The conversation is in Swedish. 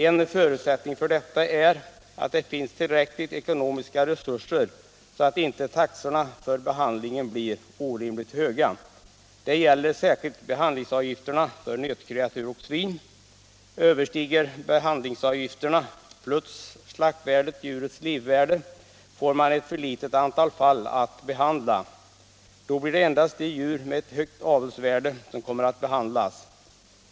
En förutsättning för detta är att det finns tillräckliga ekonomiska resurser, så att inte taxorna för behandling blir orimligt höga. Det gäller särskilt behandlingsavgifterna för nötkreatur och svin. Överstiger behandlingsavgifterna plus slaktvärdet djurets livvärde, får man ett för litet antal fall att behandla. Det blir då endast djur med högt avelsvärde som kommer att behandlas.